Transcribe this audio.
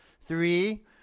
Three